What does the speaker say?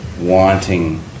wanting